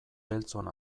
beltzon